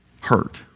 hurt